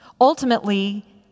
Ultimately